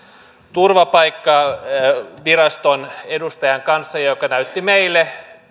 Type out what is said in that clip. turvapaikkaviraston edustajan kanssa joka näytti meille